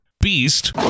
Beast